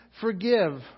forgive